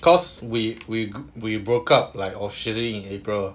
cause we we we broke up like officially in april